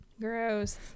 Gross